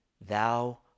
thou